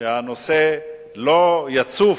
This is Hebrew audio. כדי שהנושא לא יצוף.